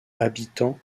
habitants